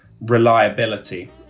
reliability